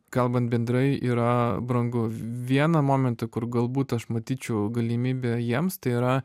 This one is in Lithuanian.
kalbant bendrai yra brangu vieną momentą kur galbūt aš matyčiau galimybę jiems tai yra